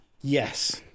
Yes